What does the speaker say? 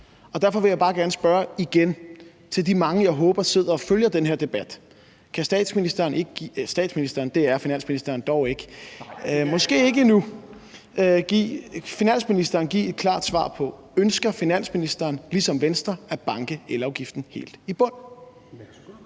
Derfor vil jeg bare gerne spørge igen på vegne af de mange, jeg håber sidder og følger den her debat: Kan statsministeren – nej, statsminister er finansministeren dog ikke, ikke endnu i hvert fald – men kan finansministeren give et klart svar på, om finansministeren ligesom Venstre ønsker at banke elafgiften helt i bund?